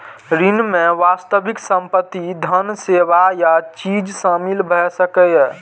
ऋण मे वास्तविक संपत्ति, धन, सेवा या चीज शामिल भए सकैए